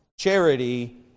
Charity